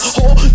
Whole